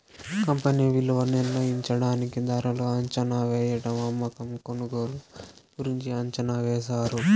company విలువ నిర్ణయించడానికి ధరలు అంచనావేయడం అమ్మకం కొనుగోలు గురించి అంచనా వేశారు